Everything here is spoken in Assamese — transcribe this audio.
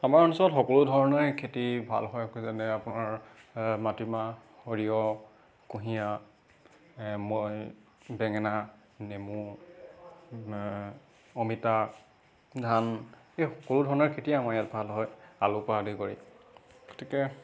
আমাৰ অঞ্চলত সকলো ধৰণৰে খেতি ভাল হয় যেনে আপোনাৰ মাটিমাহ সৰিয়হ কুঁহিয়াৰ মৈ বেঙেনা নেমু অমিতা ধান এই সকলো ধৰণৰ খেতি আমাৰ ইয়াত ভাল হয় আলু পৰা আদি কৰি গতিকে